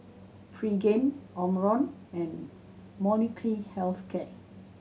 Pregain Omron and Molnylcke Health Care